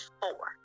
four